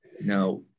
Now